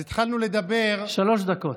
אז התחלנו לדבר, שלוש דקות.